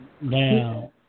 now